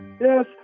Yes